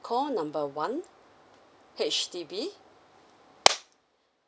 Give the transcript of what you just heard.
call number one H_D_B